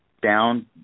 down